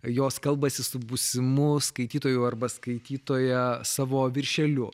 jos kalbasi su būsimu skaitytoju arba skaitytoja savo viršeliu